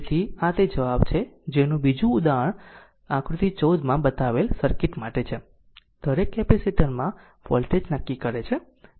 તેથી આ તે જવાબ છે જેનું બીજું ઉદાહરણ આકૃતિ 14 માં બતાવેલ સર્કિટ માટે છે દરેક કેપેસિટર માં વોલ્ટેજ નક્કી કરે છે